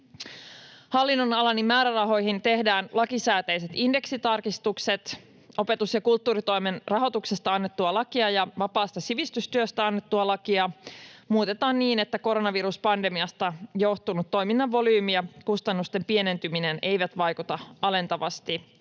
Hallinnonalani määrärahoihin tehdään lakisääteiset indeksitarkistukset. Opetus- ja kulttuuritoimen rahoituksesta annettua lakia ja vapaasta sivistystyöstä annettua lakia muutetaan niin, että koronaviruspandemiasta johtunut toiminnan volyymin ja kustannusten pienentyminen ei vaikuta alentavasti